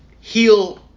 heal